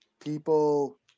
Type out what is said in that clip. people